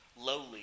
lowly